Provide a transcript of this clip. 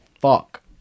Fuck